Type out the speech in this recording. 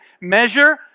measure